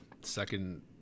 second